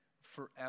forever